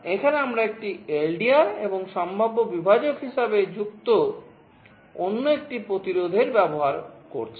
এখানে আমরা একটি LDR এবং সম্ভাব্য বিভাজক হিসাবে যুক্ত অন্য একটি প্রতিরোধের ব্যবহার করছি